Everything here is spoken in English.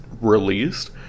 released